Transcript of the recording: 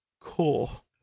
cool